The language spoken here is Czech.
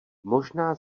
možná